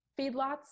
feedlots